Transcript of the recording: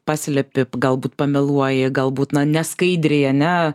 paslepi galbūt pameluoji galbūt na neskaidriai ane